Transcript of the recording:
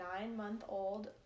nine-month-old